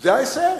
זה ההישג.